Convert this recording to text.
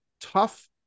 tough